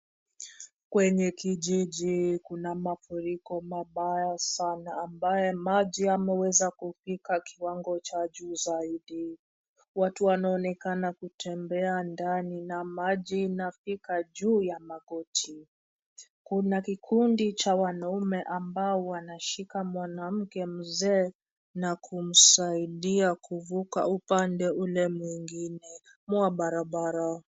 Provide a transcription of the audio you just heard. Kwenye kijiji kuna mafuriko mabaya sana ambaye maji yameweza kufika kiwango cha juu zaidi. Watu wanaonekana kutembea ndani na maji inafika juu ya magoti. Kuna kikundi cha wanaume ambao wanashika mwanamke mzee na kumsaidia kuvuka upande ule mwingine mwa barabara.